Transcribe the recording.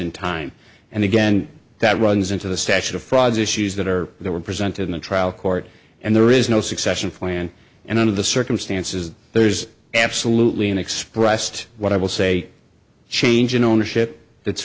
in time and again that runs into the statute of frauds issues that are that were present in the trial court and there is no succession plan and out of the circumstances there's absolutely an expressed what i will say change in ownership